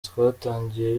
twatangiye